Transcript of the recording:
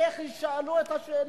איך ישאלו את השאלה?